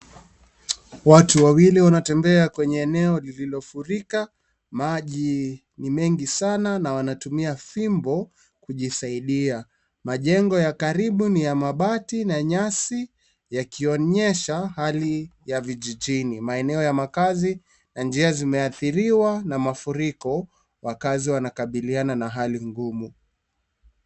Watu wawili wanatembea kwenye eneo lililofurika maji ni mengi sana na wanatumia fimbo kujisaidia . Majengo ya karibu ni ya mabati na nyasi yakionyesha hali ya vijijini . Maeneo ya makazi na njia zimeadhiriwa na mafuriko wakaazi wanakabiliana na hali ngumu.